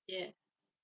yeah